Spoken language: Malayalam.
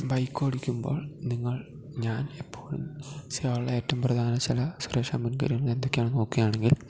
ബൈക്ക് ഓടിക്കുമ്പോൾ നിങ്ങൾ ഞാൻ എപ്പോഴും ചെയ്യാറൂള്ള ഏറ്റവും പ്രധാന ചില സുരക്ഷാ മുൻ കരുതൽ എന്തൊക്കെയാണെന്ന് നോക്കുക ആണെങ്കിൽ